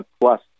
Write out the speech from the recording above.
plus